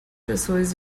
pessoas